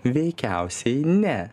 veikiausiai ne